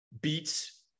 beats